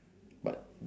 but